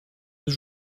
deux